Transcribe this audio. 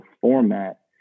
format